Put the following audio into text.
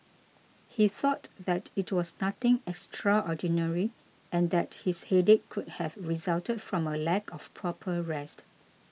he thought that it was nothing extraordinary and that his headache could have resulted from a lack of proper rest